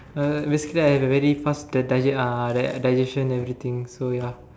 uh basically I have a very fast the di~ uh the digestion and everything so ya